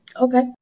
Okay